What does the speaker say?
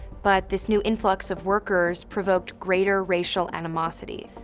but this new influx of workers provoked greater racial animosity.